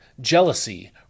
jealousy